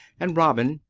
and robin,